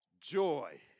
joy